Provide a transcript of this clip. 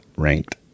ranked